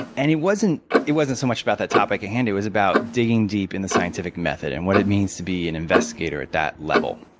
and it wasn't it wasn't so much about that topic at hand, it was about digging deep in the scientific method and what it means to be an investigator at that level.